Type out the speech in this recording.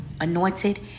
anointed